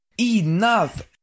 Enough